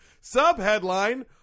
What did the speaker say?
Sub-headline